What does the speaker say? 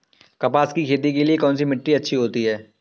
कपास की खेती के लिए कौन सी मिट्टी अच्छी होती है?